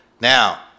Now